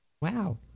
Wow